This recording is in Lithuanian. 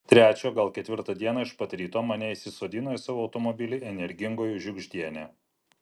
trečią o gal ketvirtą dieną iš pat ryto mane įsisodino į savo automobilį energingoji žiugždienė